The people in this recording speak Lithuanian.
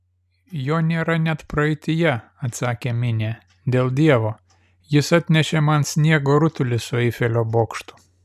jo nėra net praeityje atsakė minė dėl dievo jis atnešė man sniego rutulį su eifelio bokštu